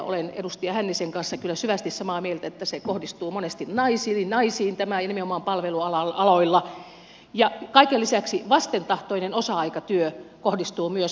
olen edustaja hännisen kanssa kyllä syvästi samaa mieltä että tämä kohdistuu monesti naisiin ja nimenomaan palvelualoilla ja kaiken lisäksi vastentahtoinen osa aikatyö kohdistuu myös valtaosaltaan naisiin